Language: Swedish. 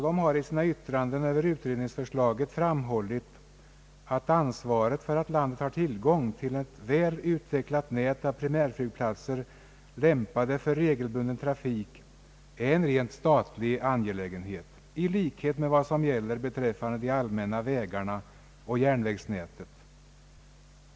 De har i sina yttranden över utredningsförslaget framhållit att ansvaret för att landet har tillgång till väl utvecklade nät av primärflygplatser lämpade för regelbunden trafik är en rent statlig angelägenhet, i likhet med vad som gäller beträffande de allmänna vägarna och järnvägsnätet.